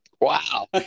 Wow